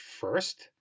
first